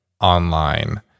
online